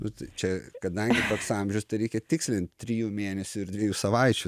nu tai čia kadangi toks amžius tai reikia tikslint trijų mėnesių ir dviejų savaičių